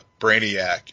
Brainiac